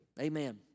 Amen